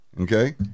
okay